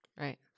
Right